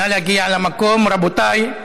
נא להגיע למקום, רבותיי,